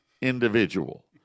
individual